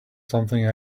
something